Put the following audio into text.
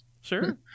Sure